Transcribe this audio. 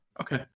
okay